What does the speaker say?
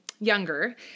younger